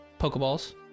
Pokeballs